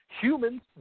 humans